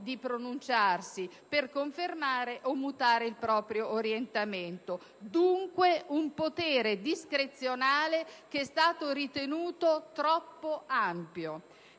«di pronunciarsi per confermare o mutare il proprio orientamento». Dunque, si tratta di un potere discrezionale che è stato ritenuto troppo ampio.